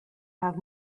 have